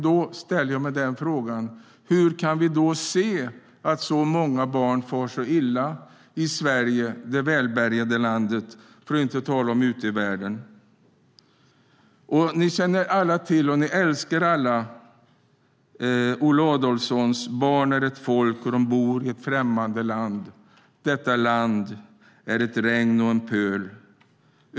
Då ställer jag mig frågan: Hur kan vi se att så många barn far så illa i Sverige, det välbärgade landet, för att inte tala om ute i världen? Ni känner alla till, och ni älskar alla Olle Adolphsons visa: Barn är ett folk och dom bor i ett främmande land, detta land är ett regn och en pöl.